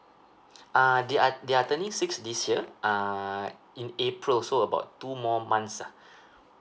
err they are they are turning six this year uh in april so about two more months lah